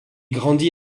grandi